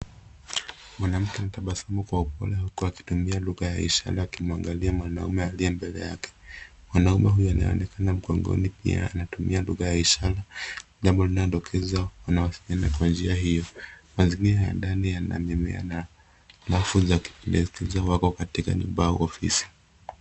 Mwanamke anatabasamu kwa upole huku akitumia lugha ya ishara akimwangalia mwanaume aliye mbele yake. Mwanaume huyo anayeonekana mgongoni pia anatumia lugha ya ishara jambao linalodokeza wanawasiliana kwa njia hiyo. Mazingira ya ndani yana mimea na rafu zikionyesha wako nyumbani au katika ofisi.